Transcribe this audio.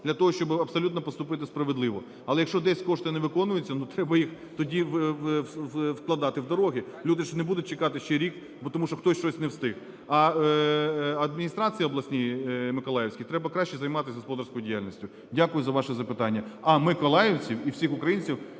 для того, щоб абсолютно посупити справедливо. Але, якщо десь кошти не виконуються, треба їх тоді вкладати в дороги, люди ж не будуть чекати ще рік, бо тому, що хтось щось не встиг, а адміністрації обласній, Миколаївській, треба краще займатися господарською діяльністю. Дякую за ваше запитання. А Миколаївців і всіх українців